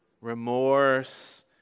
remorse